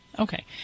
Okay